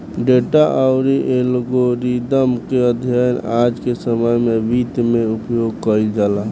data अउरी algorithm के अध्ययन आज के समय में वित्त में उपयोग कईल जाला